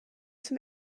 zum